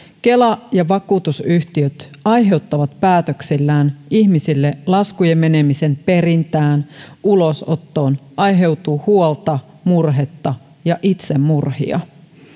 kela ja vakuutusyhtiöt aiheuttavat päätöksillään ihmisille laskujen menemisen perintään ulosottoon aiheutuu huolta murhetta ja itsemurhia